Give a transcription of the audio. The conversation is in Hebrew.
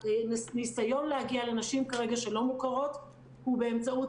הניסיון להגיע כרגע לנשים שלא מוכרות הוא באמצעות